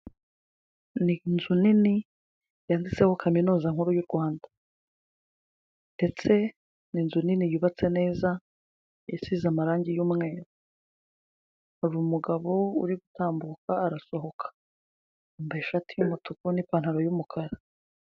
Ni inzu nini yanditseho kaminuza nkuru y'u Rwanda ndetse n'inzu nini yubatse neza isize amarangi y'umweru. Hari umugabo uri gutambuka arasohoka yambaye ishati y'umutuku n'ipantaro y'umukara.